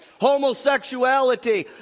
homosexuality